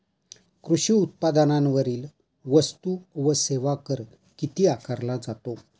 कृषी उत्पादनांवरील वस्तू व सेवा कर किती आकारला जातो?